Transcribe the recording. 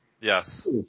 Yes